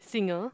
singer